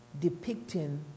depicting